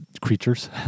creatures